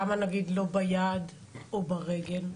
למה נגיד לא ביד או ברגל?